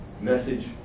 message